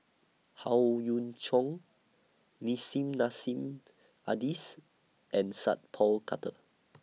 Howe Yoon Chong Nissim Nassim Adis and Sat Pal Khattar